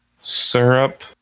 syrup